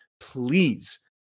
please